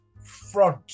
front